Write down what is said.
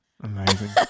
Amazing